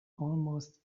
almost